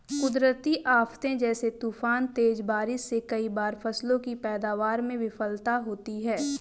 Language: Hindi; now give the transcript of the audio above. कुदरती आफ़ते जैसे तूफान, तेज बारिश से कई बार फसलों की पैदावार में विफलता होती है